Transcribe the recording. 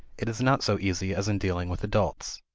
it is not so easy as in dealing with adults.